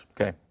Okay